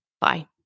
Bye